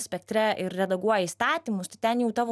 spektre ir redaguoji įstatymus tai ten jau tavo